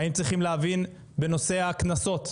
האם צריכים להבין בנושא הקנסות,